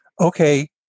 Okay